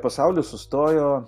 pasaulis sustojo